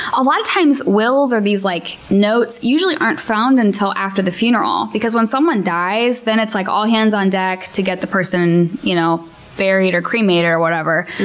a lot of times wills or these like notes usually aren't found until after the funeral, because when someone dies, then it's like all hands on deck to get the person you know buried or cremated or whatever,